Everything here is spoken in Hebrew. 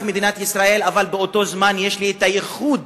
מדינת ישראל אבל באותו זמן יש לי הייחוד